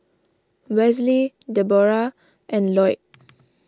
Wesley Deborah and Loyd